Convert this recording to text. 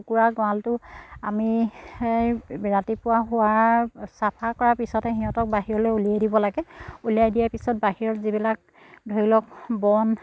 কুকুৰা গঁৰালটো আমি ৰাতিপুৱা হোৱা চাফা কৰাৰ পিছতে সিহঁতক বাহিৰলৈ উলিয়াই দিব লাগে উলিয়াই দিয়াৰ পিছত বাহিৰত যিবিলাক ধৰি লওক বন